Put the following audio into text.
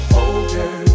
older